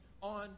on